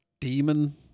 demon